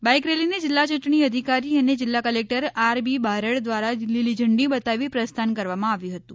bike રેલીને જિલ્લા ચૂંટણી અધિકારી અને જિલ્લા કલેકટર આર બી બારડ દ્વારા લીલી ઝંડી બતાવી પ્રસ્થાન કરવામાં આવ્યું હતું